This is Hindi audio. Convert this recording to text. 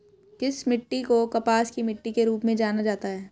किस मिट्टी को कपास की मिट्टी के रूप में जाना जाता है?